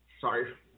Sorry